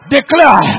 Declare